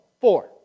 four